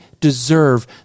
deserve